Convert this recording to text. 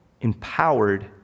empowered